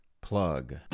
Plug